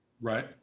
Right